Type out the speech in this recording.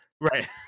Right